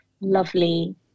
lovely